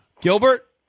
Gilbert